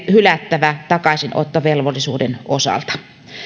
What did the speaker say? hylättävä takaisinottovelvollisuuden osalta